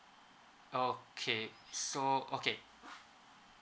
okay so okay